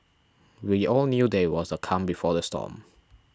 we all knew that it was the calm before the storm